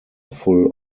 full